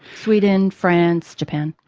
sweden, france, japan.